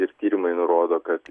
ir tyrimai nurodo kad